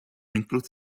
includes